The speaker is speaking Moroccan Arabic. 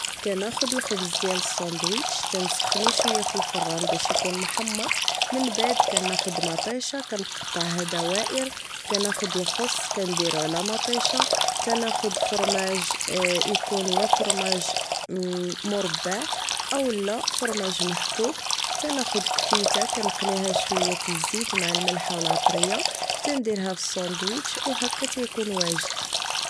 كناخد الخبز ديال السندويتش كنسخنو شوية فالفران باش اكون محمر من بعد كناخد مطيشة كنقطعها دوائر كناخد الخص كنديرو على ماطيشة تاناخد فرماج اكون يا فرماج مربع او لا فرماج محكوك تناخد كفيتة كنقليها فشوية الملحة و العطرية تنديرها فالشندويتش و هكا تيكون واجد